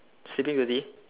sleeping beauty